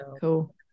Cool